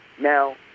Now